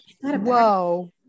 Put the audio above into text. whoa